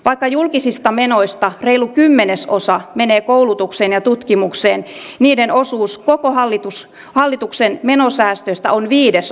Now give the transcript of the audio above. vaikka julkisista menoista reilu kymmenesosa menee koulutukseen ja tutkimukseen niiden osuus koko hallituksen menosäästöistä on viidesosa